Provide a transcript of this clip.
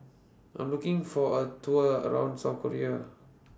I Am looking For A Tour around South Korea